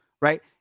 right